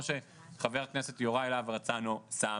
כמו שחה"כ יוראי להב הרצנו שם,